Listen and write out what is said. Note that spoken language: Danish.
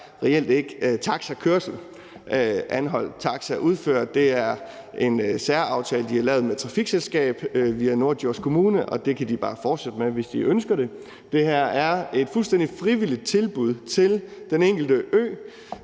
reelt ikke taxakørsel, som Anholt Taxi udfører. Det er en særaftale, de har lavet med et trafikselskab via Norddjurs Kommune, og det kan de bare fortsætte med, hvis de ønsker det. Det her er et fuldstændig frivilligt tilbud til den enkelte